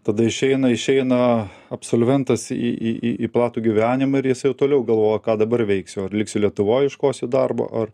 tada išeina išeina absolventas į į į platų gyvenimą ir jis jau toliau galvoja ką dabar veiksiu ar liksiu lietuvoj ieškosiu darbo ar